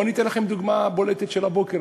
או אני אתן לכם דוגמה בולטת של הבוקר,